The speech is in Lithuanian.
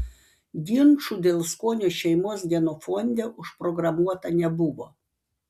ginčų dėl skonio šeimos genofonde užprogramuota nebuvo